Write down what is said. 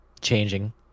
changing